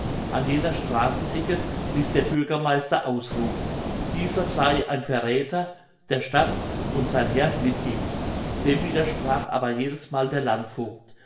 an jeder straßenecke ließ der bürgermeister ausrufen dieser sey ein verräther der stadt und sein herr mit ihm dem widersprach aber jedesmal der landvogt